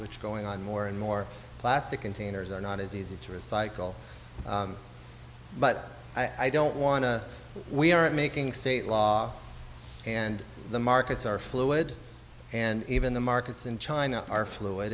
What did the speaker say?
which going on more and more plastic containers are not as easy to recycle but i don't want to we aren't making state law and the markets are fluid and even the markets in china are fluid